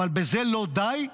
אבל בזה לא די,